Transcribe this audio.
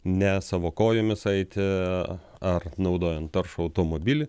ne savo kojomis eiti ar naudojant taršų automobilį